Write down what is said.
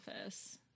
office